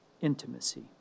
intimacy